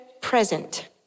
present